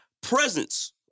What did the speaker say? presence